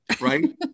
right